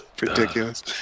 ridiculous